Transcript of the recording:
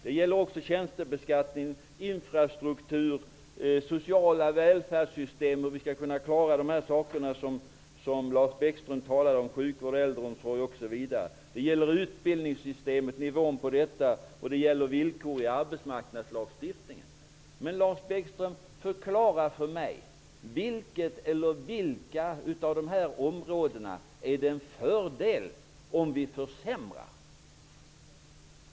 Det gäller också tjänstebeskattningen, infrastruktur, sociala välfärdssystem -- hur vi skall kunna klara det som Lars Bäckström talade om, t.ex. sjukvård, äldreomsorg osv. --, nivån på utbildningssystemet och villkor i arbetsmarknadslagstiftningen. Men kan Lars Bäckström förklara för mig vilket eller vilka av dessa områden som det är en fördel att vi försämrar?